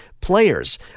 players